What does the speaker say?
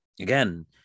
again